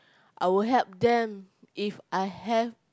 I will help If I have